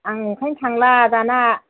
आं बेनिखायनो थांला दानिया